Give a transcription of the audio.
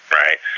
right